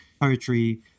poetry